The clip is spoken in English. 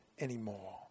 anymore